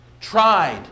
tried